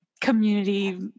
community